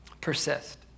persist